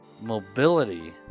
mobility